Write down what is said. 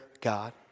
God